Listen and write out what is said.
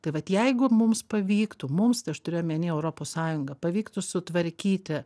tai vat jeigu mums pavyktų mums tai aš turiu omenyje europos sąjungą pavyktų sutvarkyti